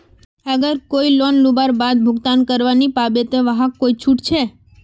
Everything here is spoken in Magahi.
अगर कोई लोन लुबार बाद भुगतान करवा नी पाबे ते वहाक कोई छुट छे?